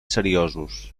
seriosos